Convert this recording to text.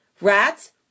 rats